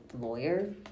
lawyer